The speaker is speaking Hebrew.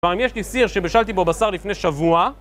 אבל אם יש לי סיר שבשלתי בו בשר לפני שבוע...